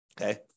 Okay